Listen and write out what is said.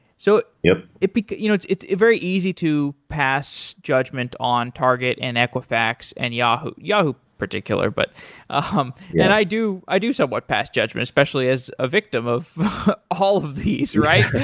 so you know it's you know very it's very easy to pass judgment on target and equifax and yahoo, yahoo particular. but um and i do i do somewhat pass judgment especially as a victim of all of these, right? at